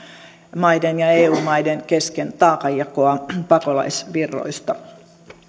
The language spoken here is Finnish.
maiden ja eu maiden kesken taakanjakoa pakolaisvirroista